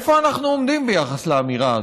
איפה אנחנו עומדים ביחס לאמירה הזאת?